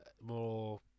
More